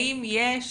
האם יש